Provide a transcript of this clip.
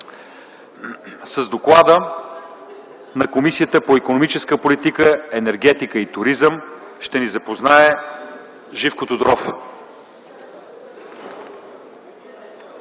С доклада на Комисията по икономическата политика, енергетика и туризъм ще ни запознае господин